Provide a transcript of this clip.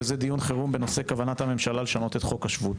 וזה דיון חרום בנושא: כוונת הממשלה לשנות את חוק השבות.